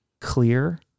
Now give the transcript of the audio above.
clear